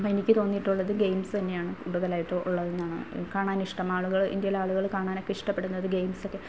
അപ്പം എനിക്ക് തോന്നിയിട്ടുള്ളത് ഗെയിംസ് തന്നെയാണ് കൂടുതലായിട്ട് ഉള്ളതെന്നാണ് കാണാൻ ഇഷ്ടമാളുകൾ ഇന്ത്യയിലെ ആളുകൾ കണാനൊക്കെ ഇഷ്ടപ്പെടുന്നത് ഗെയിംസൊക്കെ